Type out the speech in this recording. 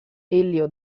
elio